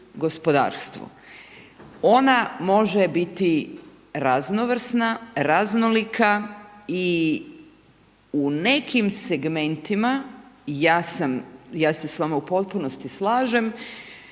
gospodarstvu. Ona može biti raznovrsna, raznolika i u nekim segmentima, ja se s vama u potpunosti slažem